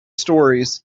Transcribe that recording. storeys